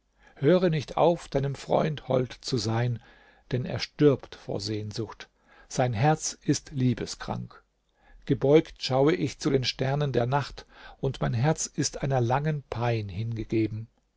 höre nicht auf deinem freund hold zu sein denn er stirbt vor sehnsucht sein herz ist liebeskrank gebeugt schaue ich zu den sternen der nacht und mein herz ist einer langen pein hingegeben